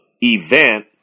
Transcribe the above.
event